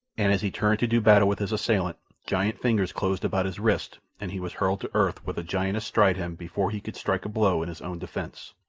and as he turned to do battle with his assailant giant fingers closed about his wrists and he was hurled to earth with a giant astride him before he could strike a blow in his own defence.